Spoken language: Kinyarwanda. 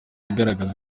igaragaza